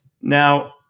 now